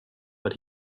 but